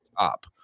top